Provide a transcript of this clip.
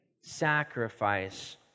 sacrifice